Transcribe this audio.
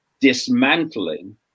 dismantling